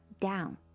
down